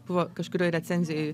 buvo kažkurioj recenzijoj